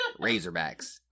razorbacks